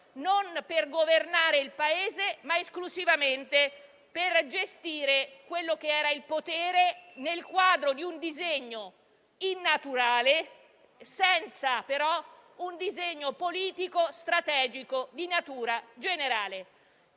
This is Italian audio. non per governare il Paese, ma esclusivamente per gestire il potere nel quadro di un disegno innaturale, senza un disegno politico-strategico di natura generale.